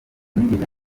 nigeze